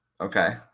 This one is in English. Okay